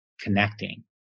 connecting